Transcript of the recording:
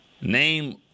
Name